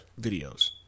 videos